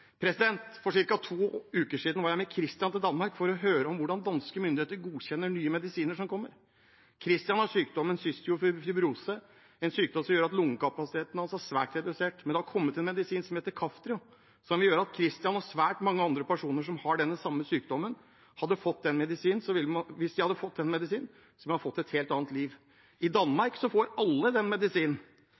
For ca. to uker siden var jeg med Christian til Danmark for å høre hvordan danske myndigheter godkjenner nye medisiner som kommer. Christian har sykdommen cystisk fibrose, en sykdom som gjør at lungekapasiteten hans er svært redusert, men det har kommet en medisin som heter Kaftrio, som vil gjøre at Christian og svært mange andre personer som har den samme sykdommen, ville fått et helt annet liv om de hadde fått den medisinen. I Danmark får alle den medisinen, men i Norge har Beslutningsforum sagt nei til at norske pasienter skal få det, fordi den